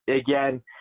again